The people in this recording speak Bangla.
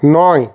নয়